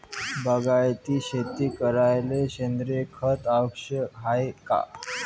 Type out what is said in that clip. बागायती शेती करायले सेंद्रिय खत आवश्यक हाये का?